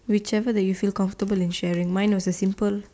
whichever that you feel comfortable in sharing mine was the simple